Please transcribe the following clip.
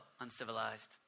uncivilized